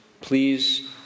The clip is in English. please